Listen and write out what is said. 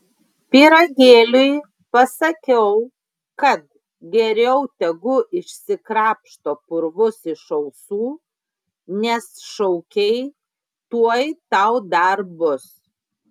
pyragėliui pasakiau kad geriau tegu išsikrapšto purvus iš ausų nes šaukei tuoj tau dar bus